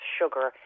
sugar